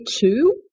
two